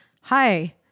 hi